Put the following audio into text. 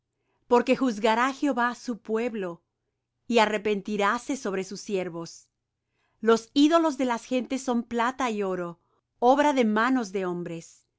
porque juzgará jehová su pueblo y arrepentiráse sobre sus siervos los ídolos de las gentes son plata y oro obra de manos de hombres